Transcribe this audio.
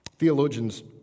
Theologians